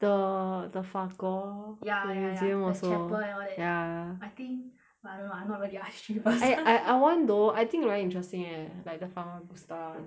the the 法国 ya ya ya the museum also the chapel and all that ya I think but I don't know nobody asked I I want though I think very interesting leh like the farmer stuff